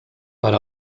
per